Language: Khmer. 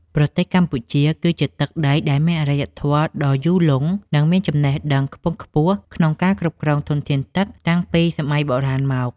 ប្រទេសកម្ពុជា គឺជាទឹកដីដែលមានអរិយធម៌ដ៏យូរលង់ និងមានចំណេះដឹងខ្ពង់ខ្ពស់ក្នុងការគ្រប់គ្រងធនធានទឹកតាំងពីសម័យបុរាណមក។